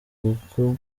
kuko